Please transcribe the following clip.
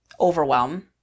overwhelm